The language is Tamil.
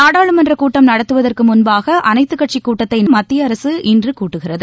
நாடாளுமன்ற கூட்டம் நடத்துவதற்கு முன்பாக அனைத்துக் கட்சி கூட்டத்தை மத்திய அரசு இன்று கூட்டுகிறது